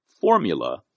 formula